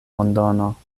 londono